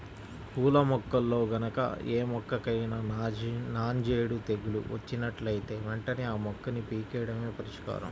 పూల మొక్కల్లో గనక ఏ మొక్కకైనా నాంజేడు తెగులు వచ్చినట్లుంటే వెంటనే ఆ మొక్కని పీకెయ్యడమే పరిష్కారం